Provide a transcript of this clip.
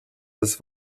das